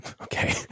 okay